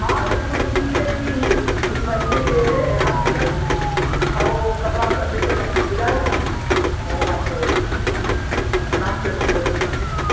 हाँ ये समझ लीजिए कि इस महीने के अंत तक वो कपड़ा आपका सिल के कंप्लीट हो जाएगा और आप नाप कर करके बच्चों का आप ले जाइए